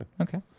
Okay